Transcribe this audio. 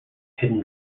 hidden